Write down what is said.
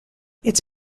its